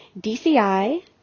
DCI